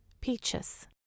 peaches